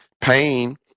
Pain